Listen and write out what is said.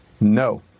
No